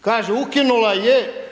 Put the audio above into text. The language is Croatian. kaže ukinula je,